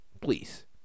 Please